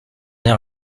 air